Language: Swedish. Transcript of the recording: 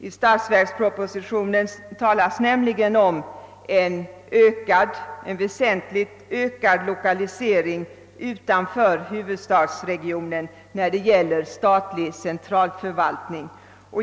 I statsverkspropositionen talas nämligen om en väsentligt ökad lokalisering utanför huvudstadsregionen när det gäller statlig centralförvaltning.